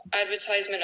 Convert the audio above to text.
advertisement